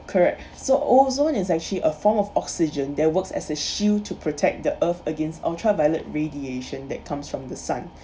correct so ozone is actually a form of oxygen they works as a shield to protect the earth against ultraviolet radiation that comes from the sun